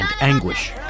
anguish